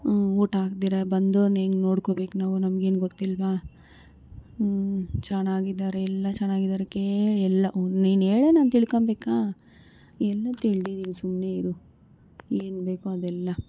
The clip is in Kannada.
ಹ್ಞೂ ಊಟ ಹಾಕ್ದಿರ ಬಂದೋರನ್ನ ಹೆಂಗೆ ನೋಡ್ಕೊಬೇಕು ನಾವು ನಮ್ಗೇನು ಗೊತ್ತಿಲ್ವ ಹ್ಞೂ ಚೆನ್ನಾಗಿದ್ದಾರೆ ಎಲ್ಲ ಚೆನ್ನಾಗಿದ್ದಾರೆ ಕೇಳು ಎಲ್ಲ ಹ್ಞೂ ನೀನು ಹೇಳೇ ನಾನು ತಿಳ್ಕೋಳ್ಬೇಕೆ ಎಲ್ಲ ತಿಳ್ದಿದ್ದೀನಿ ಸುಮ್ನೆ ಇರು ಏನು ಬೇಕೋ ಅದೆಲ್ಲ